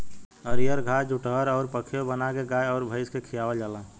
हरिअर घास जुठहर अउर पखेव बाना के गाय अउर भइस के खियावल जाला